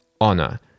Honor